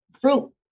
fruit